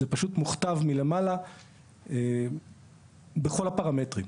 זה פשוט מוכתב מלמעלה בכל הפרמטרים.